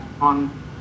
on